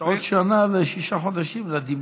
יש לך עוד שנה ושישה חודשים לדמדומים.